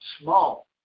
small